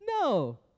No